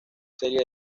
serie